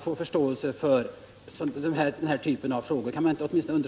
få förståelse för den här typen av frågor?